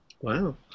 Wow